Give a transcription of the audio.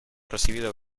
recibido